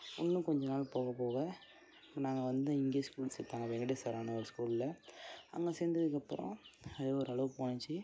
இன்னும் கொஞ்சம் நாள் போக போக நாங்கள் வந்து இங்கே ஸ்கூல் சேர்த்தாங்க வெங்கடேஸ்வரான்னு ஒரு ஸ்கூலில் அங்கே சேர்ந்ததுக்கு அப்புறம் ஏதோ ஒரு அளவு போச்சி